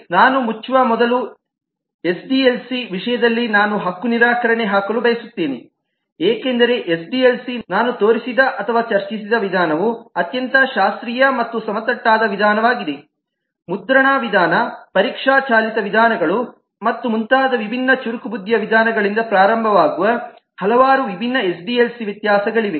ನಾನು ಮುಚ್ಚುವ ಮೊದಲು ಎಸ್ಡಿಎಲ್ಸಿಯ ವಿಷಯದಲ್ಲಿ ನಾನು ಹಕ್ಕು ನಿರಾಕರಣೆ ಹಾಕಲು ಬಯಸುತ್ತೇನೆ ಏಕೆಂದರೆ ಎಸ್ಡಿಎಲ್ಸಿಯಲ್ಲಿ ನಾನು ತೋರಿಸಿದ ಅಥವಾ ಚರ್ಚಿಸಿದ ವಿಧಾನವು ಅತ್ಯಂತ ಶಾಸ್ತ್ರೀಯ ಮತ್ತು ಸಮತಟ್ಟಾದ ವಿಧಾನವಾಗಿದೆಮುದ್ರಣ ವಿಧಾನ ಪರೀಕ್ಷಾ ಚಾಲಿತ ವಿಧಾನಗಳು ಮತ್ತು ಮುಂತಾದ ವಿಭಿನ್ನ ಚುರುಕುಬುದ್ಧಿಯ ವಿಧಾನಗಳಿಂದ ಪ್ರಾರಂಭವಾಗುವ ಹಲವಾರು ವಿಭಿನ್ನ ಎಸ್ಡಿಎಲ್ಸಿ ವ್ಯತ್ಯಾಸಗಳಿವೆ